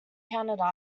canada